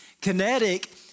kinetic